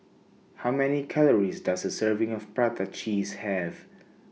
How Many Calories Does A Serving of Prata Cheese Have